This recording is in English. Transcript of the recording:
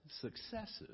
successes